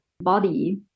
body